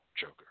joker